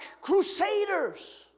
crusaders